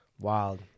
Wild